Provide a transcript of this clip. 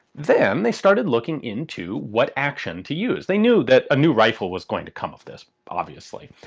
then they started looking into what action to use, they knew that a new rifle was going to come of this, obviously.